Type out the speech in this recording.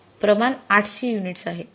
प्रमाण 800 युनिट्स आहे